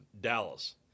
dallas